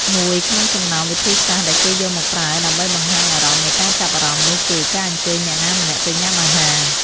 មួយក្នុងចំណោមវិធីសាស្ត្រដែលគេយកមកប្រើដើម្បីបង្ហាញអារម្មណ៍នៃការចាប់អារម្មណ៍នោះគឺ ការអញ្ជើញអ្នកណាម្នាក់ទៅញ៉ាំអាហារ។